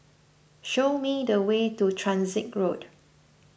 show me the way to Transit Road